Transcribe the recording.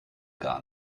gar